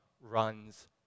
runs